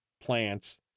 plants